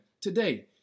today